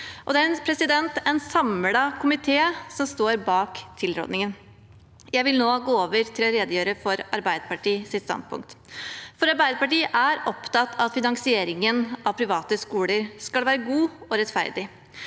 Det er en samlet komité som står bak tilrådingen. Jeg vil nå gå over til å redegjøre for Arbeiderpartiets standpunkt. Arbeiderpartiet er opptatt av at finansieringen av private skoler skal være god og rettferdig.